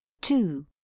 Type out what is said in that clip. two